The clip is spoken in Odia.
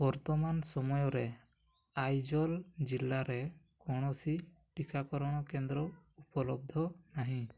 ବର୍ତ୍ତମାନ ସମୟରେ ଆଇଜଲ୍ ଜିଲ୍ଲାରେ କୌଣସି ଟିକାକରଣ କେନ୍ଦ୍ର ଉପଲବ୍ଧ ନାହିଁ